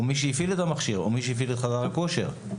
מי שהפעיל את המכשיר או את חדר הכושר.